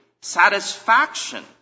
satisfaction